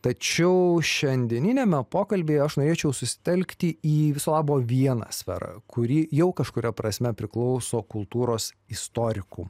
tačiau šiandieniniame pokalbyje aš norėčiau susitelkti į viso labo vieną sferą kuri jau kažkuria prasme priklauso kultūros istorikų